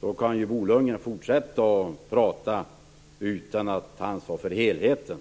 Då kan ju Bo Lundgren fortsätta att prata utan att ta ansvar för helheten